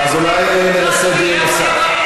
אז אולי נקיים דיון נוסף.